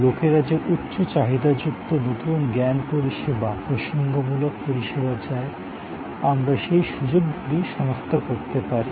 লোকেরা যে উচ্চ চাহিদাযুক্ত নতুন জ্ঞান পরিষেবা প্রসঙ্গমূলক পরিষেবা চায় আমরা সেই সুযোগগুলি সনাক্ত করতে পারি